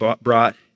brought